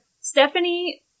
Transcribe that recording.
Stephanie